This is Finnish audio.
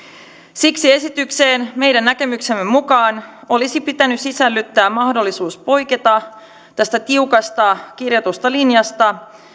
siksi esitykseen meidän näkemyksemme mukaan olisi pitänyt sisällyttää mahdollisuus poiketa tästä tiukasta kirjatusta linjasta